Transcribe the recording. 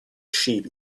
sheep